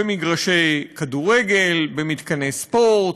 במגרשי כדורגל, במתקני ספורט,